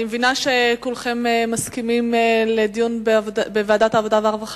אני מבינה שכולכם מסכימים לדיון בוועדת העבודה והרווחה,